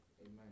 Amen